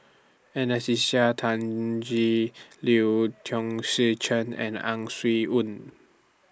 Anastasia Tjendri Liew Chong Tze Chien and Ang Swee Aun